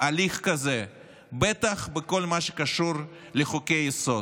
הליך כזה, בטח בכל מה שקשור לחוקי-יסוד.